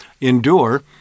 endure